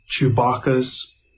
Chewbacca's